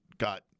got